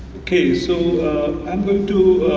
so i'm going to